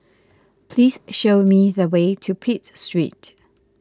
please show me the way to Pitt Street